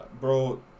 Bro